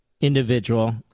individual